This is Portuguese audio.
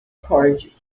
recorde